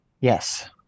Yes